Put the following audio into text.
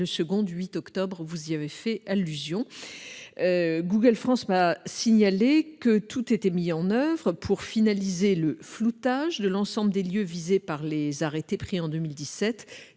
du 8 octobre ; vous y avez fait allusion. Google France m'a signalé que tout était mis en oeuvre pour finaliser le floutage de l'ensemble des lieux visés par les arrêtés pris en 2017